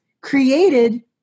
created